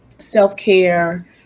self-care